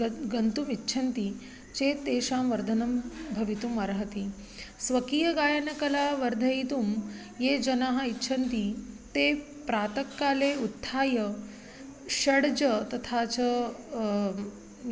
गन् गन्तुम् इच्छन्ति चेत् तेषां वर्धनं भवितुम् अर्हति स्वकीयगायनकला वर्धयितुं ये जनाः इच्छन्ति ते प्रातःकाले उत्थाय षड्ज तथा च